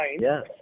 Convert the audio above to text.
Yes